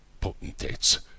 potentates